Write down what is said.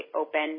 open